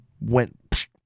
went